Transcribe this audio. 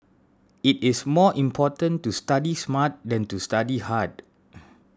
it is more important to study smart than to study hard